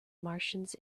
martians